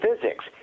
physics